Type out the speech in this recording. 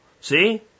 See